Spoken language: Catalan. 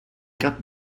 cap